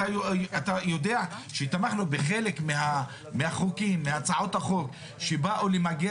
אתה יודע שתמכנו בחלק מהצעות החוק שבאו למגר